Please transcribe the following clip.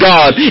God